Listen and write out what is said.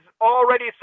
already